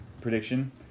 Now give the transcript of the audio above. prediction